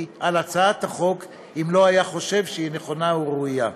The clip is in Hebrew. על הצעת החוק אם לא היה חושב שהיא נכונה וראויה.